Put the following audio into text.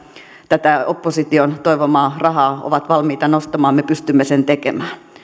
tätä opposition toivomaa rahaa ovat valmiita nostamaan me pystymme sen tekemään